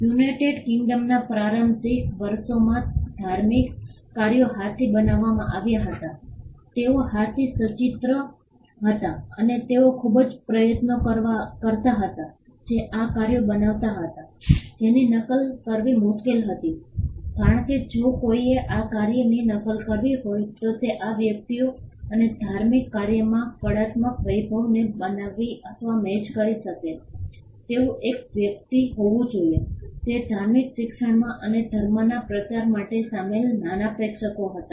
United કિંગડમના પ્રારંભિક વર્ષોમાં ધાર્મિક કાર્યો હાથથી બનાવવામાં આવ્યા હતા તેઓ હાથથી સચિત્ર હતા અને તેઓ ખૂબ જ પ્રયત્નો કરતા હતા જે આ કાર્યો બનાવતા હતા જેની નકલ કરવી મુશ્કેલ હતી કારણ કે જો કોઈએ આ કાર્યની નકલ કરવી હોય તો તે આ વ્યક્તિઓ અને ધાર્મિક કાર્યોમાં કળાત્મક વૈભવને બનાવી અથવા મેચ કરી શકે તેવું એક વ્યક્તિ હોવું જોઈએ જે ધાર્મિક શિક્ષણમાં અને ધર્મના પ્રચારમાં સામેલ નાના પ્રેક્ષકો હતા